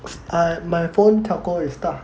I my phone telco is Starhub